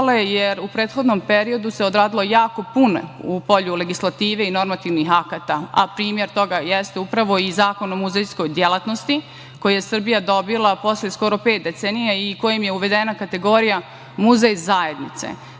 jer u prethodnom periodu se odradilo jako puno u polju legislative i normativnih akata, a primer toga jeste upravo i Zakon o muzejskoj delatnosti, koji je Srbija dobila posle skoro pet decenija i kojim je uvedena kategorija „muzej zajednice“.